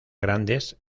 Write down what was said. grandes